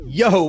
yo